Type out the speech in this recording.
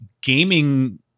gaming